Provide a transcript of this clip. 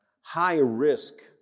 high-risk